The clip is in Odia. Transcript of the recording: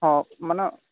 ହଁ ମାନେ